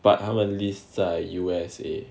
but 他们 list 在 U_S_A